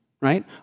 right